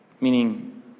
Meaning